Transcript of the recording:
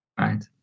Right